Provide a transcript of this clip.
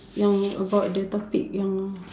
yang about the topic yang